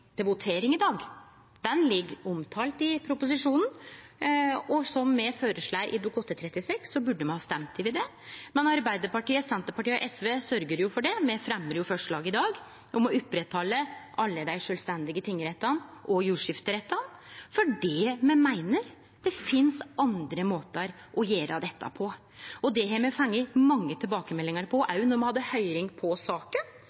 votering i dag, det ligg omtalt i proposisjonen. Som me føreslår i Dokument 8:36 S for 2019–2020, burde me ha stemt over det. Men Arbeidarpartiet, Senterpartiet og SV sørgjer jo for det. Me fremjar forslag i dag om å halde ved lag alle dei sjølvstendige tingrettane og jordskifterettane fordi me meiner det finst andre måtar å gjere dette på. Me har fått mange tilbakemeldingar, òg då me hadde høyring i saka,